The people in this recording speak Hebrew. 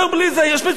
יש מצוקה.